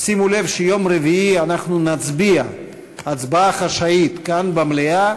שימו לב שביום רביעי נצביע הצבעה חשאית כאן במליאה,